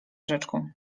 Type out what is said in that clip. rzeczką